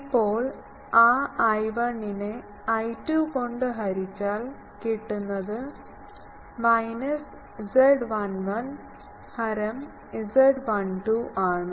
ഇപ്പോൾ ആ I1 നെ I2 കൊണ്ട് ഹരിച്ചാൽ കിട്ടുന്നത് മൈനസ് Z11 ഹരം Z12 ആണ്